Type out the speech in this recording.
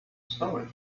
story